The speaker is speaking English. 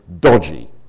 dodgy